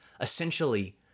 Essentially